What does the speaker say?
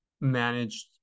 managed